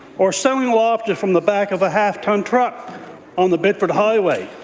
or selling lobster from the back of a half-ton truck on the bedford highway.